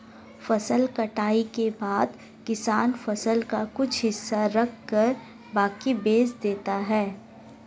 फसल कटाई के बाद किसान फसल का कुछ हिस्सा रखकर बाकी बेच देता है